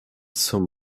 zum